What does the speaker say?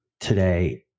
today